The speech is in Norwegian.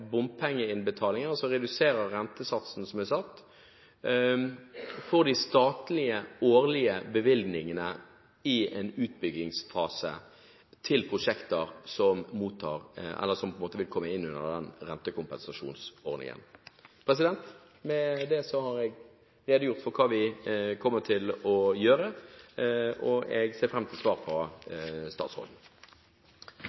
bompengeinnbetaling, altså reduserer rentesatsen som er satt, for de statlige årlige bevilgningene i en utbyggingsfase til prosjekter som vil komme inn under den rentekompensasjonsordningen? Med det har jeg redegjort for hva vi kommer til å gjøre, og jeg ser fram til svar